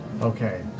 Okay